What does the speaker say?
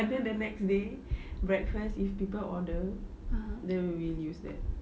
and then the next day breakfast if people order then we will use that